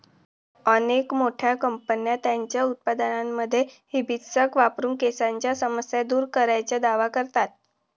अनेक मोठ्या कंपन्या त्यांच्या उत्पादनांमध्ये हिबिस्कस वापरून केसांच्या समस्या दूर करण्याचा दावा करतात